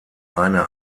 eine